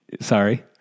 Sorry